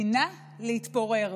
דינה להתפורר,